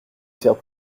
faire